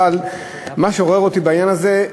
אבל מה שעורר אותי בעניין הזה,